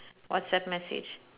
whatsapp message